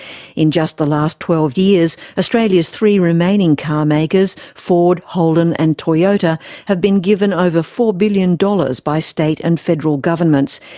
in just the last twelve years, australia's three remaining car makers ford, holden and toyota have been given over four billion dollars by state and federal governments.